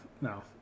no